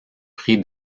prix